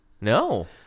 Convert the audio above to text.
No